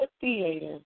Theater